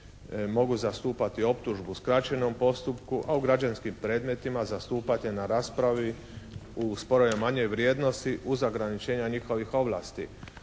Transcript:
mogu zastupati optužbu u skraćenom postupku, a u građanskim predmetima zastupati na raspravi u sporovima manje vrijednosti uz ograničenja njihovih ovlasti.